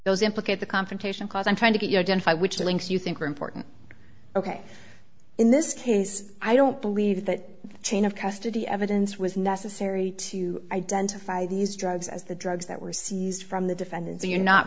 those implicate the confrontation cause i'm trying to get you identify which links you think are important ok in this case i don't believe that chain of custody evidence was necessary to identify these drugs as the drugs that were seized from the defendant so you're not